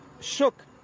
shook